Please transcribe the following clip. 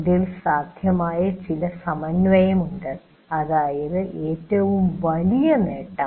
ഇതിൽ സാധ്യമായ ചില സമന്വയമുണ്ട് അതാണ് ഏറ്റവും വലിയ നേട്ടം